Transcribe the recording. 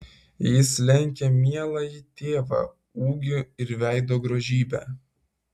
jis lenkia mieląjį tėvą ūgiu ir veido grožybe